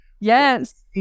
Yes